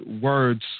words